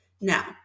Now